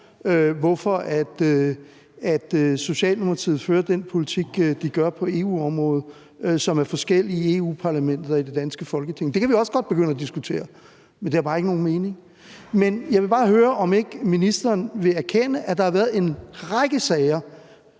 hvorfor Socialdemokratiet på EU-området fører en politik, som er forskellig i Europa-Parlamentet og i det danske Folketing. Det kan vi også godt begynde at diskutere, men det giver bare ikke nogen mening. Jeg vil bare høre, om ikke ministeren vil erkende, at der har været en række sager